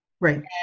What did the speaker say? Right